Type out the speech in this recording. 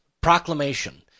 proclamation